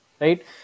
Right